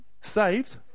Saved